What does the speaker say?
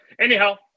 anyhow